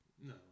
No